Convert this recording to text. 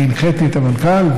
אני הנחיתי את המנכ"ל,